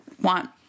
want